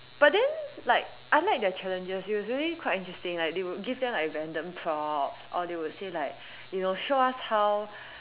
but then like I like their challenges it was really quite interesting like they would like give them like random props or they would say like you know show us how